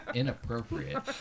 inappropriate